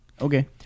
Okay